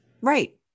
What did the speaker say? Right